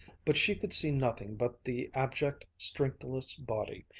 but she could see nothing but the abject, strengthless body,